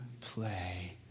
play